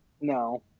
No